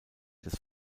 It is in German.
des